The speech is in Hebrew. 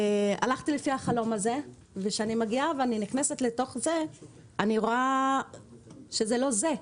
הלכתי לפי החלום הזה וכאשר נכנסתי לתוך זה ראיתי שזה לא זה.